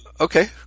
okay